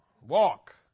walk